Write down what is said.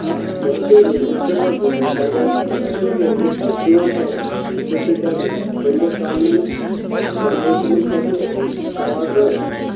آ بہٕ حظ چھُس ییٚتہِ پٮ۪ٹھ حظ کۄلگامہِ پٮ۪ٹھ اَسہِ اوس مےٚ چھِ حظ کٲم چَلان اَسہِ حظ ییٚتہِ حظ پٔنِڈِت کالنی منٛز بَناوَان تِمَن خٲطرٕ کواٹر حظ